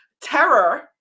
terror